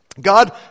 God